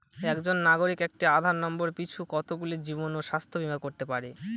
একজন নাগরিক একটি আধার নম্বর পিছু কতগুলি জীবন ও স্বাস্থ্য বীমা করতে পারে?